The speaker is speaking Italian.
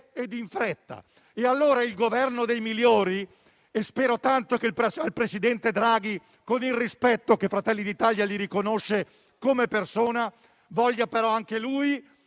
e in fretta. Quanto al cosiddetto Governo dei migliori, spero tanto che il presidente Draghi, con il rispetto che Fratelli d'Italia gli riconosce come persona, voglia anche lui